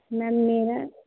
میم میرا